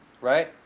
right